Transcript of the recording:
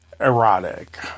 erotic